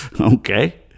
Okay